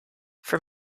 for